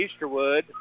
Easterwood